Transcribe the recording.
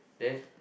yes